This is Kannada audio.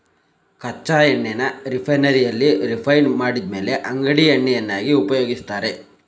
ಕಚ್ಚಾ ಎಣ್ಣೆನ ರಿಫೈನರಿಯಲ್ಲಿ ರಿಫೈಂಡ್ ಮಾಡಿದ್ಮೇಲೆ ಅಡಿಗೆ ಎಣ್ಣೆಯನ್ನಾಗಿ ಉಪಯೋಗಿಸ್ತಾರೆ